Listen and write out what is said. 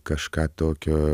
kažką tokio